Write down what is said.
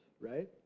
right